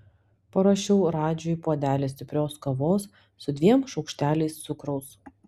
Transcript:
paruošiu radžiui puodelį stiprios kavos su dviem šaukšteliais cukraus